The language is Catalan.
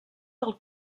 del